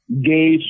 gay